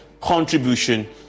contribution